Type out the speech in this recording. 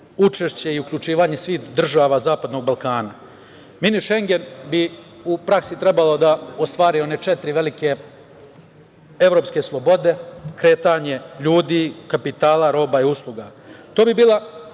učešće i uključivanje svih država zapadnog Balkana. Mini šengen bi u praksi trebalo da ostvari one četiri velike evropske slobode -kretanje ljudi, kapitala, roba i usluga. To bi bila